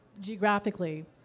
geographically